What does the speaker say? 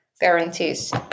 guarantees